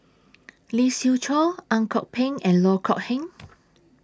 Lee Siew Choh Ang Kok Peng and Loh Kok Heng